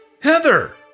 Heather